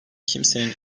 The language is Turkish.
kimsenin